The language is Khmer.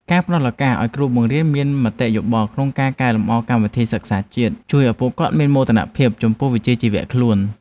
ការផ្តល់ឱកាសឱ្យគ្រូបង្រៀនមានមតិយោបល់ក្នុងការកែលម្អកម្មវិធីសិក្សាជាតិជួយឱ្យពួកគាត់មានមោទនភាពចំពោះវិជ្ជាជីវៈខ្លួន។